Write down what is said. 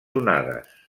onades